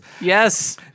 yes